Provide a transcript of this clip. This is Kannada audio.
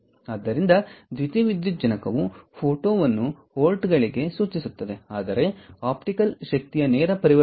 ಆದ್ದರಿಂದ ದ್ಯುತಿವಿದ್ಯುಜ್ಜನಕವು ಫೋಟೋವನ್ನು ವೋಲ್ಟ್ಗಳಿಗೆ ಸೂಚಿಸುತ್ತದೆ ಅಂದರೆ ಆಪ್ಟಿಕಲ್ ಶಕ್ತಿಯ ನೇರ ಪರಿವರ್ತನೆ ಆಗಿದೆ